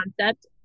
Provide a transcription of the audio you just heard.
concept